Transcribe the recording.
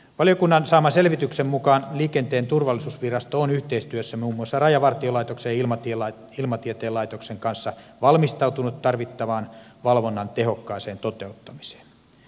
valiokunnan saaman selvityksen mukaan liikenteen turvallisuusvirasto on yhteistyössä muun muassa rajavartiolaitoksen ja ilmatieteen laitoksen kanssa valmistautunut tarvittavan valvonnan tehokkaaseen toteuttamiseen